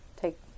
take